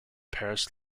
paris